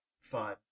fun